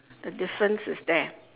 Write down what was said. the difference is there